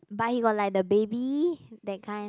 but he was like the baby that kind